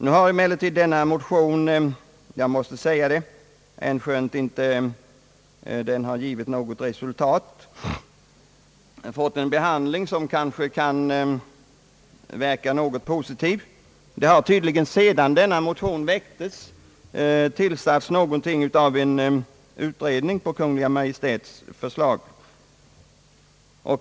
Nu har emellertid denna motion — änskönt den inte givit något direkt resultat — fått en behandling som kanske kan tolkas åtminstone något positivt. Det har tydligen sedan denna motion väcktes tillsatts en utredning på Kungl. Maj:ts förslag.